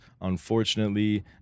unfortunately